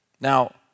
Now